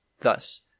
Thus